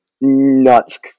nuts